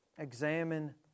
Examine